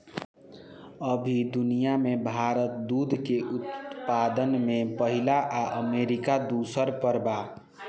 अभी दुनिया में भारत दूध के उत्पादन में पहिला आ अमरीका दूसर पर बा